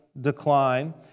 decline